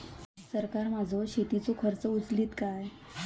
सरकार माझो शेतीचो खर्च उचलीत काय?